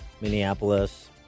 Minneapolis